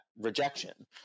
rejection